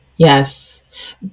Yes